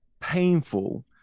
painful